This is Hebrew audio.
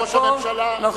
זה ראש הממשלה, מכל מקום.